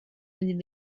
would